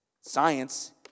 Science